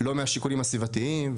לא משיקולים סביבתיים,